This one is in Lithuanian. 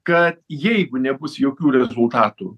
kad jeigu nebus jokių rezultatų